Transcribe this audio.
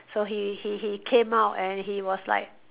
so he he he came out and he was like